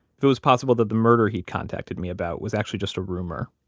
if it was possible that the murder he'd contacted me about was actually just a rumor,